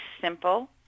simple